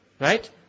right